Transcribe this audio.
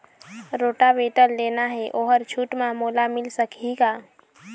Rotavator लेना हे ओहर छूट म मोला मिल सकही का?